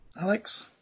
Alex